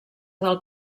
del